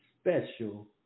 special